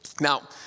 Now